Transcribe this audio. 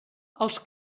els